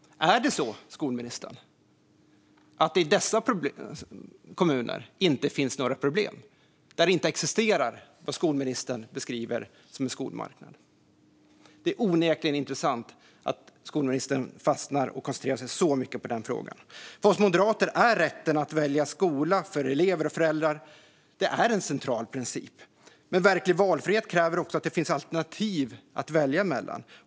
Är det så, skolministern, att det inte finns några problem i dessa kommuner, där det skolministern beskriver som en skolmarknad inte existerar? Det är onekligen intressant att skolministern fastnar vid och koncentrerar sig så mycket på den frågan. För oss moderater är elevers och föräldrars rätt att välja skola en central princip. Men verklig valfrihet kräver också att det finns alternativ att välja mellan.